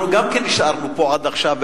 גם אנחנו נשארנו פה עד עכשיו,